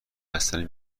بستنی